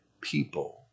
people